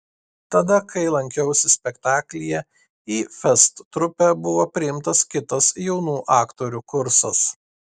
tada kai lankiausi spektaklyje į fest trupę buvo priimtas kitas jaunų aktorių kursas